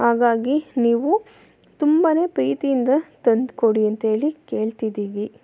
ಹಾಗಾಗಿ ನೀವು ತುಂಬನೇ ಪ್ರೀತಿಯಿಂದ ತಂದ್ಕೊಡಿ ಅಂಥೇಳಿ ಕೇಳ್ತಿದ್ದೀವಿ